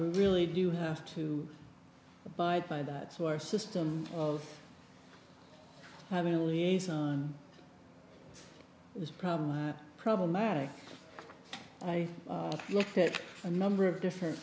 really do have to abide by that so our system of having a liaison was probably problematic and i looked at a number of different